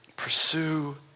Pursue